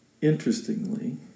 Interestingly